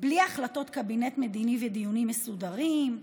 בלי החלטות קבינט מדיני ודיונים מסודרים,